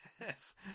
Yes